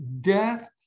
death